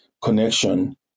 connection